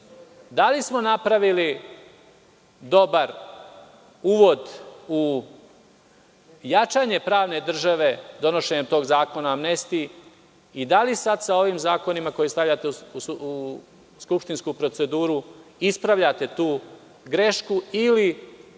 Da li smo napravili dobar uvod u jačanje pravne države, donošenjem tog Zakona o amnestiji i da li sada sa ovim zakonima koje stavljate u skupštinsku proceduru, ispravljate tu grešku, ili